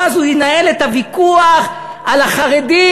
ואז הוא ינהל את הוויכוח על החרדים,